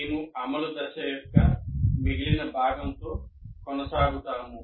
మేము అమలు దశ యొక్క మిగిలిన భాగంతో కొనసాగుతాము